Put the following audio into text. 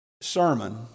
sermon